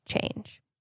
change